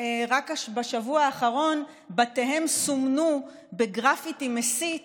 רק בשבוע האחרון בתיהם סומנו בגרפיטי מסית